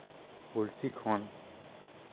ᱜᱚᱞᱥᱤ ᱠᱷᱚᱱ